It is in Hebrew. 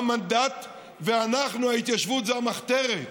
המנדט, ואנחנו, ההתיישבות, זה המחתרת.